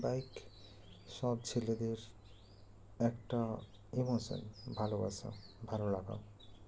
bike সব ছেলেদের একটা ইমোশন ভালোবাসা ভালো লাগা